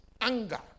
Anger